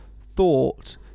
thought